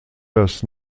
das